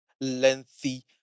lengthy